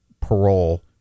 parole